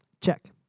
Check